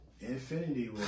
Infinity